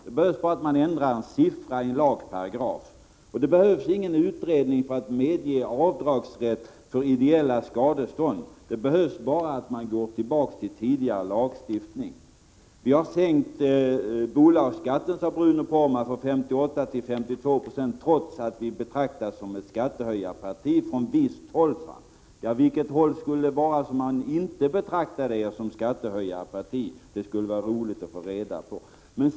Det behövs bara att man ändrar en siffra i en lagparagraf. Det behövs ingen utredning för att medge avdragsrätt för ideella skadestånd. Det behövs bara att man går tillbaka till tidigare lagstiftning. Vi har sänkt bolagsskatten, sade Bruno Poromaa, från 58 9 till 52 96, trots att vi från visst håll betraktas som ett skattehöjarparti. Från vilket håll skulle det vara som man inte betraktar er som ett skattehöjarparti? Det skulle vara roligt att få reda på.